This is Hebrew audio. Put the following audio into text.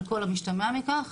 על כל המשתמע מכך